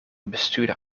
bestuurder